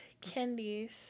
candies